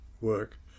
work